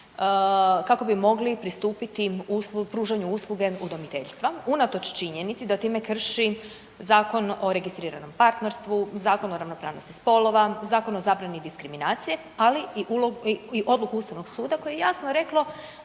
kako bi mogli pristupiti pružanju usluge udomiteljstva unatoč činjenici da time krši Zakon o registriranom partnerstvu, Zakon o ravnopravnosti spolova, Zakon o zabrani diskriminacije ali i odluku Ustavnog suda koje je jasno reklo